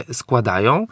składają